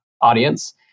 audience